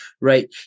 right